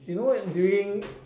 you know during